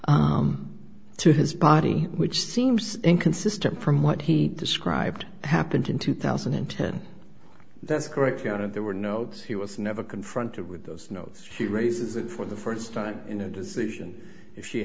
and to his body which seems inconsistent from what he described happened in two thousand and ten that's correct counted there were notes he was never confronted with those notes he raises it for the first time in a decision if she